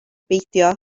beidio